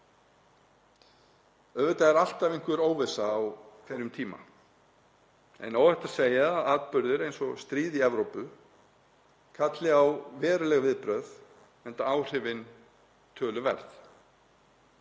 Auðvitað er alltaf einhver óvissa á hverjum tíma en óhætt er að segja að atburðir eins og stríð í Evrópu kalli á veruleg viðbrögð enda áhrifin töluverð.